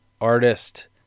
artist